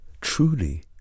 Truly